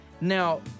Now